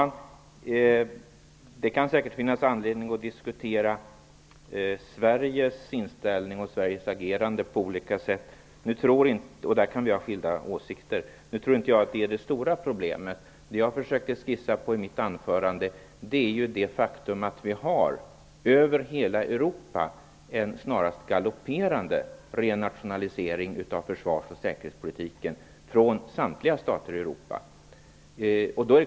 Fru talman! Det finns säkert anledning att diskutera Sveriges inställning och Sveriges agerande på olika sätt. Där kan vi ha skilda åsikter. Men jag tror inte att det är det stora problemet. Vad jag försökte skissa på i mitt anförande är det faktum att vi över hela Europa har en snarast galopperande renationalisering av försvars och säkerhetspolitiken från samtliga stater i Europa.